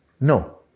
no